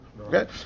Okay